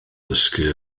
dysgu